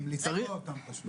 גם את ההערה הזאתי,